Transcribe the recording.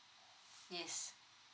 yes